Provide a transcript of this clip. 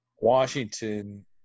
Washington